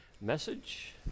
message